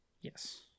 Yes